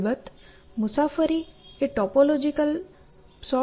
અલબત્ત મુસાફરી એ ટોપોલોજિકલ પ્રકાર પ્રમાણે ઘણી હોઈ શકે છે